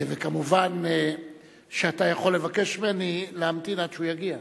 וכמובן אתה יכול לבקש ממני להמתין עד שהוא יגיע,